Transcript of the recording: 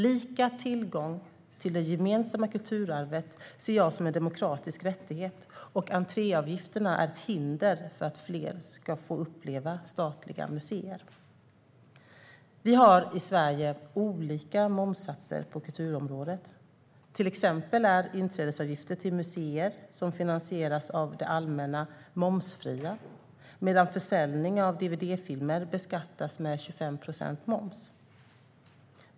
Lika tillgång till det gemensamma kulturarvet ser jag som en demokratisk rättighet och entréavgifterna är ett hinder för att fler ska få uppleva statliga museer. Vi har i Sverige olika momssatser på kulturområdet. Till exempel är inträdesavgifter till museer som finansieras av det allmänna momsfria medan försäljning av dvd-filmer beskattas med 25 procents moms.